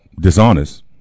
dishonest